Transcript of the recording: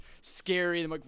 scary